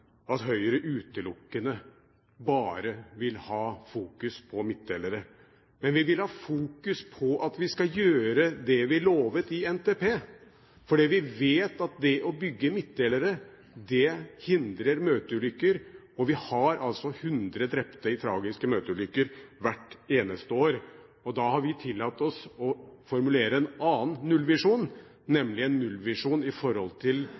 at Høyre utelukkende vil ha fokus på midtdelere, men vi vil ha fokus på at vi skal gjøre det vi lovte i NTP, fordi vi vet at det å bygge midtdelere hindrer møteulykker, og vi har altså 100 drepte i tragiske møteulykker hvert eneste år. Og da har vi tillatt oss å formulere en annen nullvisjon,